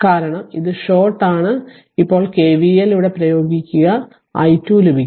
കാരണം ഇത് ഷോർട്ട് ആണ് ഇപ്പോൾ KVL ഇവിടെ പ്രയോഗിക്കുക r i2 ലഭിക്കും